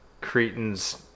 Cretans